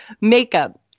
makeup